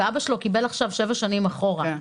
ואבא שלו קיבל עכשיו שבע שנים אחורה.